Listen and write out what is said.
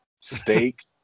Steak